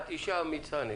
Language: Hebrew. את אישה אמיצה.